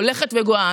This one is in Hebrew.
הולכת וגואה.